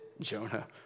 Jonah